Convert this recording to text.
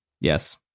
yes